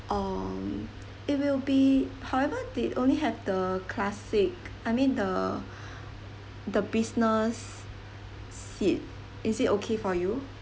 on it will be however they only have the class seat I mean the the business seat is it okay for you